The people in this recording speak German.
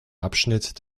abschnitt